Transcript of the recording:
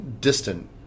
distant